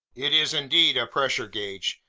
it is indeed a pressure gauge.